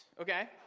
okay